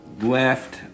left